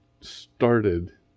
started